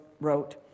wrote